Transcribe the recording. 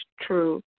true